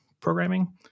programming